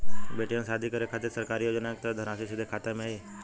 बेटियन के शादी करे के खातिर सरकारी योजना के तहत धनराशि सीधे खाता मे आई?